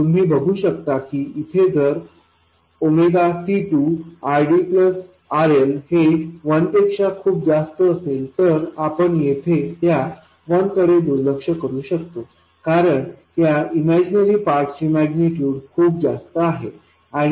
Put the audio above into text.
आणि तुम्ही बघू शकता की इथे जर C2 RDRL हे 1 पेक्षा खूप जास्त असेल तर आपण येथे या 1 कडे दुर्लक्ष करू शकतो कारण या इमेजनरी पार्ट ची मैग्निटूड खूप जास्त असेल